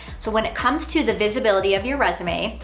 so when it comes to the visibility of your resume,